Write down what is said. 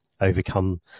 overcome